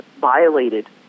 violated